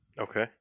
Okay